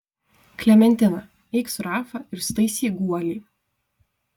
klementina eik su rafa ir sutaisyk guolį